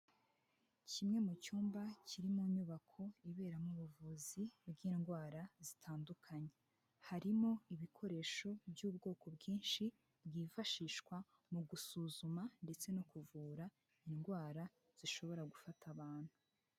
Kimwe mu cyumba kiri mu nyubako iberamo ubuvuzi bw'indwara zitandukanye, harimo ibikoresho by'ubwoko bwinshi bwifashishwa mu gusuzuma ndetse no kuvura indwara zishobora gufata abantu.